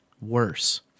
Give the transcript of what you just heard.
worse